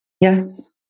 Yes